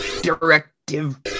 directive